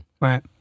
Right